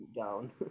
down